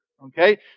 Okay